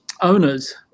owners